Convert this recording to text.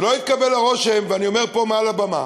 שלא יתקבל הרושם, ואני אומר פה מעל הבמה,